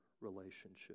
relationship